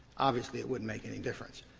obviously it wouldn't make any difference.